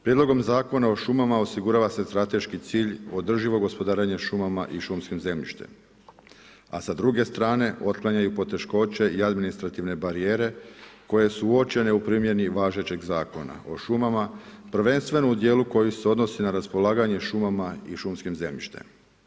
Prijedlogom zakona o šumama osigurava se strateški cilj, održivo gospodarenje šumama i šumskim zemljištem a sa druge strane otklanjaju poteškoće i administrativne barijere koje su uočene u primjeni važećeg Zakona o šumama prvenstveno u dijelu koji se odnosi na raspolaganje šumama i šumskim zemljištem.